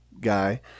guy